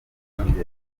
abakobwa